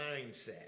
mindset